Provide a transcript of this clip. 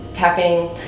Tapping